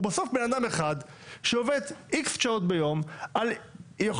הוא בסוף בן אדם אחד שעובד איקס שעות ביום על יכולת